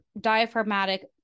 diaphragmatic